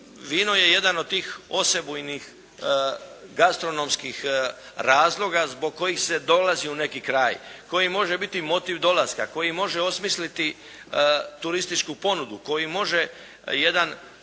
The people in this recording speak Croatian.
vino je jedan od tih osebujnih gastronomskih razloga zbog kojih se dolazi u neki kraj, koji može biti motiv dolaska, koji može osmisliti turističku ponudu, koji može jednu